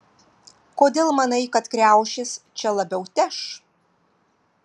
kodėl manai kad kriaušės čia labiau teš